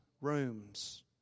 rooms